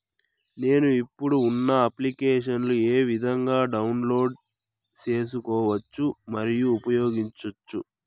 నేను, ఇప్పుడు ఉన్న అప్లికేషన్లు ఏ విధంగా డౌన్లోడ్ సేసుకోవచ్చు మరియు ఉపయోగించొచ్చు?